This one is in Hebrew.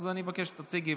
אז אני מבקש שתציגי,